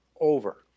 over